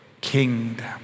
kingdom